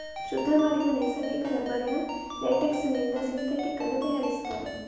ಶುದ್ಧ ಮಾಡಿದ ನೈಸರ್ಗಿಕ ರಬ್ಬರಿನ ಲೇಟೆಕ್ಸಿನಿಂದ ಸಿಂಥೆಟಿಕ್ ಅನ್ನು ತಯಾರಿಸ್ತಾರೆ